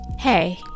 hey